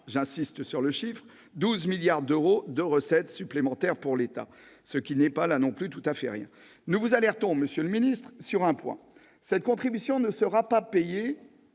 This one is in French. j'insiste sur ce chiffre -, 12 milliards d'euros de recettes supplémentaires, ce qui n'est pas, là non plus, tout à fait rien. Nous vous alertons, monsieur le secrétaire d'État, sur un point : cette contribution ne sera pas payée